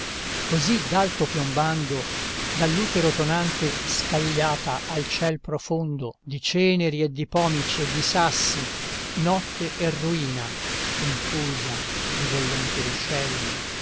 così d'alto piombando dall'utero tonante scagliata al ciel profondo di ceneri e di pomici e di sassi notte e ruina infusa di bollenti ruscelli